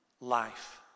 life